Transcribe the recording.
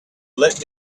let